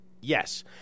Yes